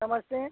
नमस्ते